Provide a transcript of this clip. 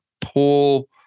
pull